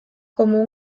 como